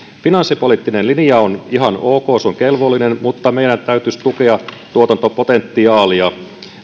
finanssipoliittinen linja on ihan ok se on kelvollinen mutta meidän täytyisi tukea tuotantopotentiaalia